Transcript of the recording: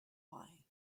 why